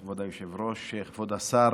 כבוד היושב-ראש, כבוד השר,